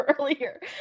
earlier